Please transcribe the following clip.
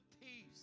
peace